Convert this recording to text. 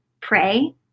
pray